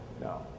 no